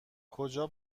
کجا